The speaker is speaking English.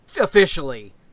officially